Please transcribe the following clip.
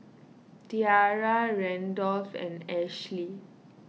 Tiarra Randolph and Ashely